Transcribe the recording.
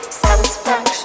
satisfaction